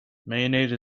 mayonnaise